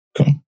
Okay